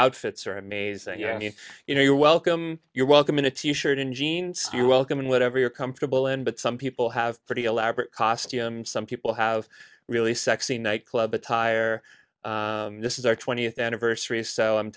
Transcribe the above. outfits are amazing you know i mean you know you're welcome you're welcome in a t shirt and jeans you're welcome in whatever you're comfortable in but some people have pretty elaborate costumes some people have really sexy nightclub attire this is our twentieth anniversary so i'm